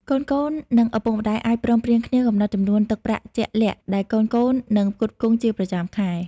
កូនៗ និងឪពុកម្ដាយអាចព្រមព្រៀងគ្នាកំណត់ចំនួនទឹកប្រាក់ជាក់លាក់ដែលកូនៗនឹងផ្គត់ផ្គង់ជាប្រចាំខែ។